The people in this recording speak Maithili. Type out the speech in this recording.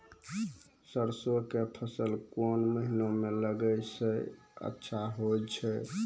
सरसों के फसल कोन महिना म लगैला सऽ अच्छा होय छै?